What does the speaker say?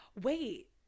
Wait